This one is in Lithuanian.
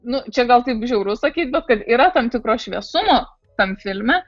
nu čia gal taip žiauru sakyt kad yra tam tikro šviesumo tam filme